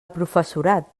professorat